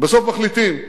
בסוף מחליטים.